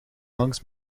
langs